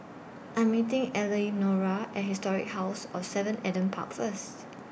I Am meeting Elenora At Historic House of seven Adam Park First